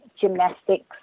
gymnastics